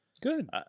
Good